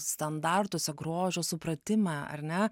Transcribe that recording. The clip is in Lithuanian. standartuose grožio supratime ar ne